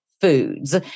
foods